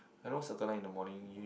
I know Circle Line in the morning you